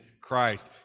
Christ